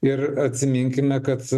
ir atsiminkime kad